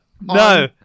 no